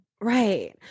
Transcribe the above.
Right